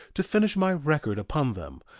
to finish my record upon them,